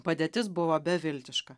padėtis buvo beviltiška